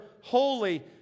holy